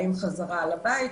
האם חזרה לבית?